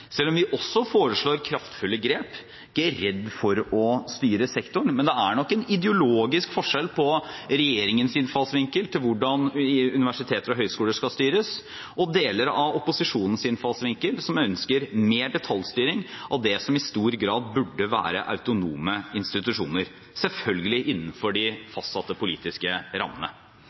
selv om vi også foreslår kraftfulle grep. Vi er ikke redd for å styre sektoren, men det er nok en ideologisk forskjell på regjeringens innfallsvinkel til hvordan universiteter og høyskoler skal styres, og deler av opposisjonens innfallsvinkel, som ønsker mer detaljstyring av det som i stor grad burde være autonome institusjoner, selvfølgelig innenfor de fastsatte politiske rammene.